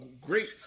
great